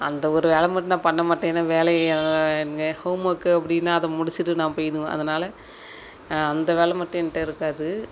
அந்த ஒரு வேலை மட்டும் நான் பண்ண மாட்டேன் ஏன்னா வேலையே ஹோம் ஒர்க்கு அப்படின்னா அதை முடிச்சுட்டு நான் போயிடுவேன் அதனால் அந்த வேலை மட்டும் என்ட்ட இருக்காது